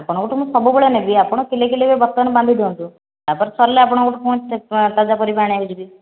ଆପଣଙ୍କଠୁ ମୁଁ ସବୁବେଳେ ନେବି ଆପଣ କିଲେ କିଲେ ବର୍ତ୍ତମାନ ବାନ୍ଧିଦିଅନ୍ତୁ ତାପରେ ସରିଲେ ଆପଣଙ୍କ ତାଜା ପରିବା ଆଣିବାକୁ ଯିବି